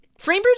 Framebridge